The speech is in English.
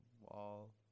wall